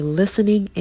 listening